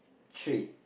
trait